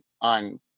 on